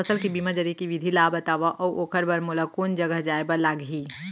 फसल के बीमा जरिए के विधि ला बतावव अऊ ओखर बर मोला कोन जगह जाए बर लागही?